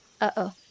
Uh-oh